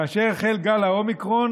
כאשר החל גל האומיקרון,